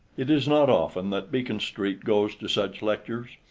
it is not often that beacon street goes to such lectures,